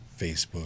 Facebook